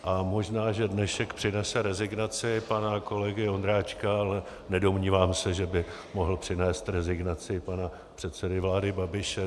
A možná že dnešek přinese rezignaci pana kolegy Ondráčka, ale nedomnívám se, že by mohl přinést rezignaci pana předsedy vlády Babiše.